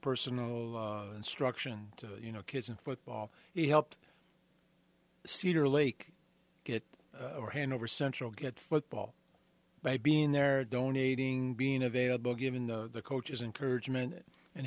personal instruction to you know kids in football he helped cedar lake get your hand over central get football by being there donating being available given the coach's encouragement and